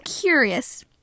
curious